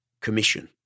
Commission